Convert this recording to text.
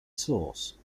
source